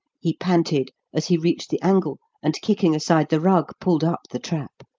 he panted, as he reached the angle and, kicking aside the rug, pulled up the trap.